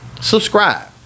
Subscribe